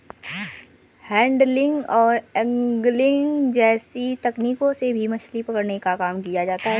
handling और angling जैसी तकनीकों से भी मछली पकड़ने का काम किया जाता है